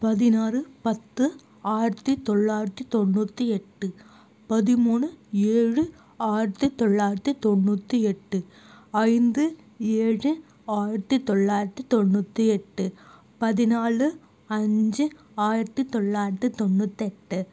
பதினாறு பத்து ஆயிரத்தி தொள்ளாயிரத்தி தொண்ணூற்றி எட்டு பதிமூணு ஏழு ஆயிரத்தி தொள்ளாயிரத்தி தொண்ணூற்றி எட்டு ஐந்து ஏழு ஆயிரத்தி தொள்ளாயிரத்தி தொண்ணூற்றி எட்டு பதினாலு அஞ்சு ஆயிரத்தி தொள்ளாயிரத்தி தொண்ணூத்தெட்டு